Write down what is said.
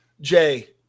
Jay